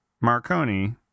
Marconi